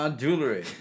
jewelry